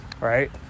Right